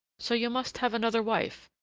so you must have another wife,